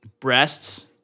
breasts